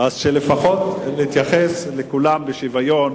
לפחות להתייחס לכולם בשוויון